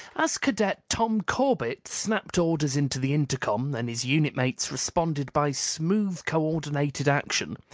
as cadet tom corbett snapped orders into the intercom and his unit-mates responded by smooth co-ordinated action,